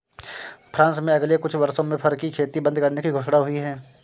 France में अगले कुछ वर्षों में फर की खेती बंद करने की घोषणा हुई है